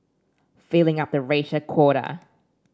filling up the racial quota